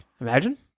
Imagine